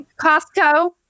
costco